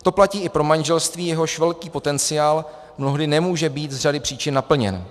To platí i pro manželství, jehož velký potenciál mnohdy nemůže být z řady příčin naplněn.